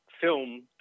film